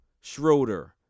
Schroeder